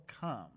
come